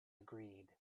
agreed